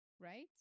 right